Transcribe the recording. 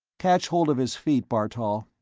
catch hold of his feet, bartol.